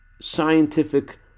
scientific